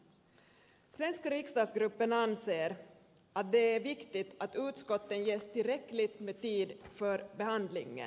svenska riksdagsgruppen anser att det är viktigt att utskotten ges tillräckligt med tid för behandlingen